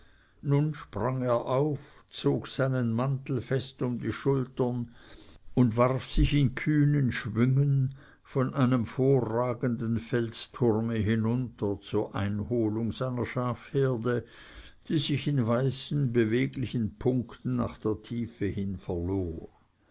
sprang er auf zog seinen mantel fest um die schultern und warf sich in kühnen schwüngen von einem vorragenden felsturme hinunter zur einholung seiner schafherde die sich in weißen beweglichen punkten nach der tiefe hin verlor